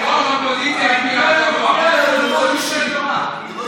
זה לא אישי.